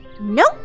Nope